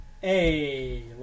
Hey